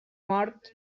mort